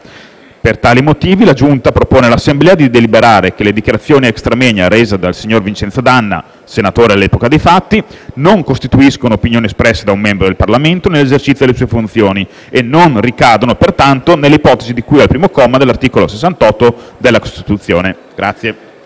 Per tali motivi, la Giunta propone all'Assemblea di deliberare che le dichiarazioni *extra moenia* rese dal signor Vincenzo D'Anna, senatore all'epoca dei fatti, non costituiscono opinioni espresse da un membro del Parlamento nell'esercizio delle sue funzioni e non ricadono pertanto nell'ipotesi di cui al primo comma dell'articolo 68 della Costituzione.